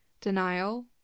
Denial